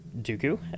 Dooku